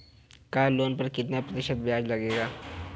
Car loan पर कितना प्रतिशत ब्याज लगेगा?